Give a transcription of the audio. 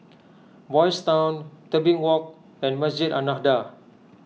Boys' Town Tebing Walk and Masjid An Nahdhah